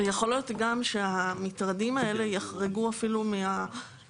יכול להיות שהמטרדים האלה יחרגו אפילו מהגבול